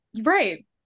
right